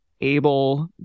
able